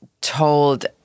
told